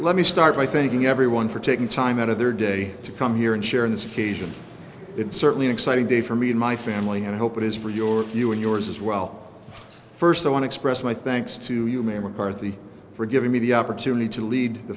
let me start by thanking everyone for taking time out of their day to come here and share in this occasion it's certainly an exciting day for me and my family and i hope it is for your you and yours as well first i want to express my thanks to you may mccarthy for giving me the opportunity to lead t